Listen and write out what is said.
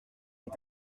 est